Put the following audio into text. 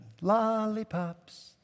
lollipops